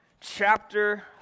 chapter